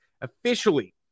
officially